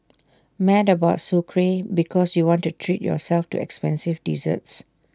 mad about Sucre because you want to treat yourself to expensive desserts